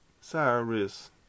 Cyrus